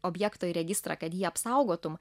objekto į registrą kad jį apsaugotum